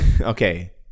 Okay